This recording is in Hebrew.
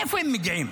מאיפה הם מגיעים?